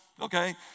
Okay